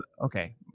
Okay